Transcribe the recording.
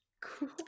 Cool